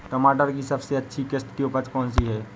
टमाटर की सबसे अच्छी किश्त की उपज कौन सी है?